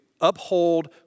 uphold